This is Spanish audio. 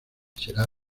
será